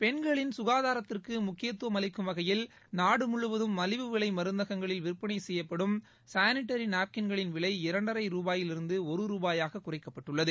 பெண்களின் ககாதாரத்திற்கு முக்கியத்துவம் அளிக்கும் வகையில் நாடு முழுவதும் மலிவு விலை மருந்தகங்களில் விற்பனை செய்யப்படும் சானிடரி நாப்கின் விலை இரண்டரை ருபாயிலிருந்து ஒரு ருபாயாக குறைக்கப்பட்டுள்ளது